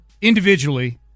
individually